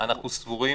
אנחנו סבורים,